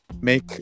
make